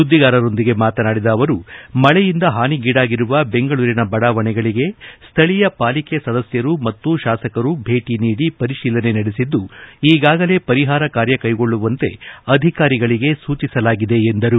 ಸುದ್ದಿಗಾರರೊಂದಿಗೆ ಮಾತನಾಡಿದ ಅವರು ಮಳೆಯಿಂದ ಹಾನಿಗೀಡಾಗಿರುವ ಬೆಂಗಳೂರಿನ ಬಡಾವಣೆಗಳಿಗೆ ಸ್ಥಳೀಯ ಪಾಲಿಕೆ ಸದಸ್ಯರು ಮತ್ತು ಶಾಸಕರು ಸ್ಥಳಕ್ಕೆ ಭೇಟಿ ನೀದಿ ಪರಿಶೀಲನೆ ನಡೆಸಿದ್ದು ಈಗಾಗಲೇ ಪರಿಹಾರ ಕಾರ್ಯ ಕೈಗೊಳ್ಳುವಂತೆ ಅಧಿಕಾರಿಗಳಿಗೆ ಸೂಚಿಸಲಾಗಿದೆ ಎಂದರು